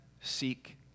seek